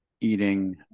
eating